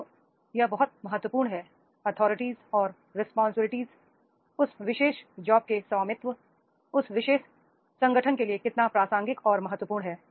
तो यह बहुत महत्वपूर्ण है अथॉरिटीज और रिस्पांसिबिलिटीज उस विशेष जॉब के स्वामित्व उस विशेष संगठन के लिए कितना प्रासंगिक और महत्वपूर्ण है